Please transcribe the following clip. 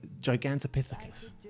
gigantopithecus